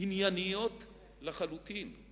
ענייניות לחלוטין: